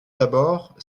d’abord